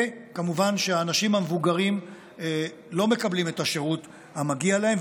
וכמובן שהאנשים המבוגרים לא מקבלים את השירות המגיע להם.